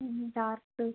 dark